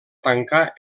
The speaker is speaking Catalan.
tancar